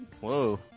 Whoa